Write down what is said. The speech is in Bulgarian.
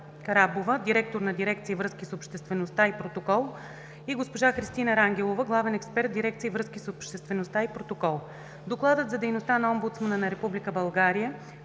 Караабова – директор на дирекция „Връзки с обществеността и протокол”, и госпожа Христина Рангелова – главен експерт в дирекция „Връзки с обществеността и протокол”. Докладът за дейността на омбудсмана на Република